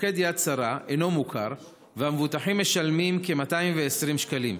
מוקד יד שרה אינו מוכר והמבוטחים משלמים כ-220 שקלים.